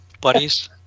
buddies